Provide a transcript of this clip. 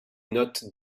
notes